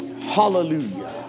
Hallelujah